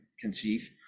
conceive